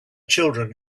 children